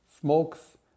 smokes